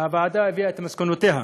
הוועדה הביאה את מסקנותיה,